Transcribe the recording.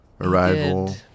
Arrival